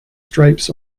stripes